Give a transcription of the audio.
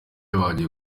bagiye